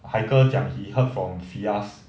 haikal 讲 he heard from feus